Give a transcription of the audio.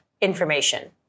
information